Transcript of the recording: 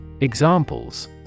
Examples